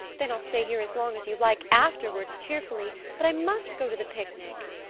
then i'll stay here as long as you like afterwards cheerfully. but i must go to the picnic.